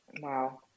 Wow